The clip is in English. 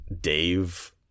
Dave